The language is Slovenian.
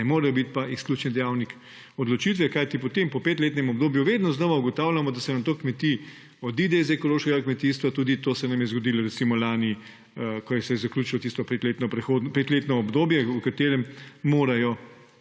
ne morejo biti pa izključni dejavnik odločitve, kajti potem po 5-letnem obdobju vedno znova ugotavljamo, da nato kmetje odidejo iz ekološkega kmetijstva. Tudi to se nam je zgodilo, recimo, lani, ko se je zaključilo tisto 5-letno obdobje, v katerem morajo